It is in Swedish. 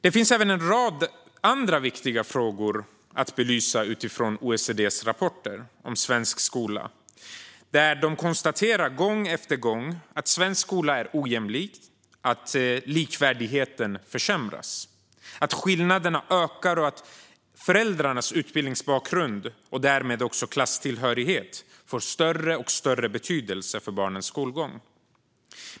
Det finns även en rad andra viktiga frågor att belysa utifrån OECD:s rapporter om svensk skola. De konstaterar gång efter gång att svensk skola är ojämlik och att likvärdigheten försämras, att skillnaderna ökar och att föräldrarnas utbildningsbakgrund och därmed också klasstillhörighet har större och större betydelse för barnens skolgång.